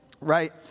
right